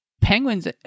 penguins